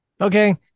okay